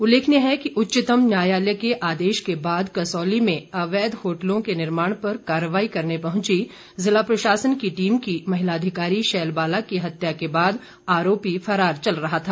उल्लेखनीय है कि उच्चतम न्यायालय के आदेश के बाद कसौली में अवैध होटलों के निर्माण पर कार्रवाई करने पहुंची जिला प्रशासन की टीम की महिला अधिकारी शैल बाला की हत्या के बाद आरोपी फरार चल रहा था